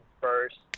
first